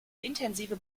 intensive